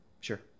Sure